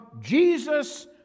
Jesus